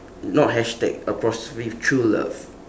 not hashtag apostrophe true love